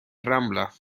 rambla